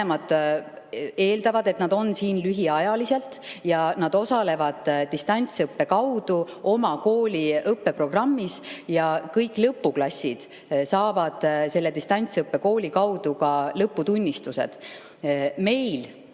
eeldavad, et nad on siin lühiajaliselt, ja nad osalevad distantsõppe kaudu oma kooli õppeprogrammis. Kõik lõpuklassid saavad selle distantsiõppe kaudu ka lõputunnistused.